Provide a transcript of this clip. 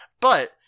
But-